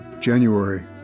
January